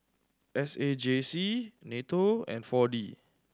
S A J C NATO and Four D